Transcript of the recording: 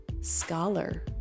scholar